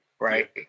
right